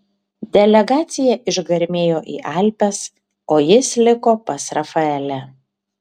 delegacija išgarmėjo į alpes o jis liko pas rafaelę